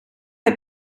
heb